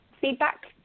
feedback